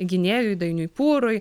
gynėjui dainiui pūrui